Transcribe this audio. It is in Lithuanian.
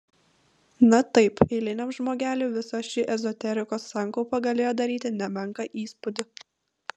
na taip eiliniam žmogeliui visa ši ezoterikos sankaupa galėjo daryti nemenką įspūdį